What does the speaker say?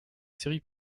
séries